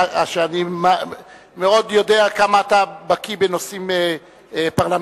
אני מאוד יודע כמה אתה בקי בנושאים פרלמנטריים.